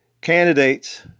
candidates